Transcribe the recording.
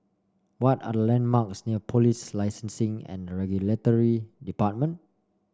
what are the landmarks near Police Licencing and Regulatory Department